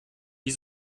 wie